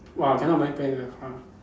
!wah! cannot Marine Parade ah !wah!